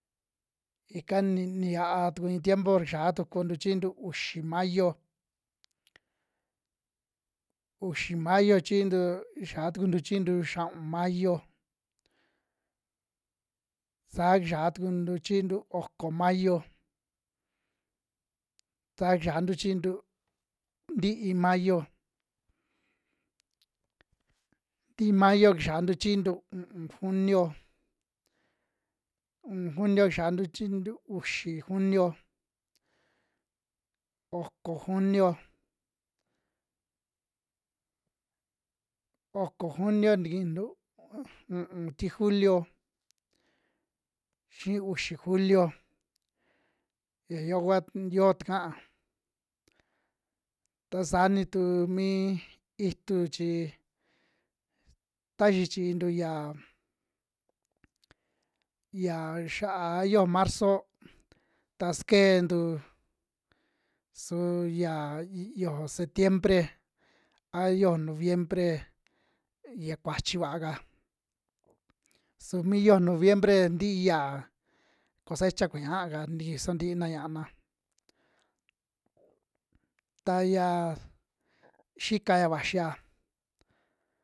Ika ni ni xiaa tuku iin tiempo xia tukuntu chiintu uxi mayo, uxi mayo chiintu xii tukuntu chiintu xia'un mayo, saa kiya tukuntu chiintu oko mayo, ta kixiantu chiintu ntii mayo, tii mayo kiyantu chiintu u'un junio, xiantu chiintu uxi junio, oko junio, oko junio tikiintu u'un ti julio xii uxi julio ya yoo kua yo'o taka, ta saa ni tu mii itu chi ta xi chiintu ya, ya xia yojo marzo ta skeentu su yaa yojo septiembre a yojo noviembre ya kuachi vaa ka, su yojo noviembre ntii ya cosecha kuñaaka tikiso ntina ña'ana, ta yaa xikaya vaxia.